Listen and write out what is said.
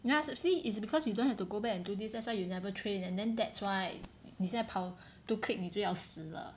yah so see it's because you don't have to go back and do this that's why you never train and then that's why 你现在跑 two click 你就要死了